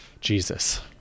Jesus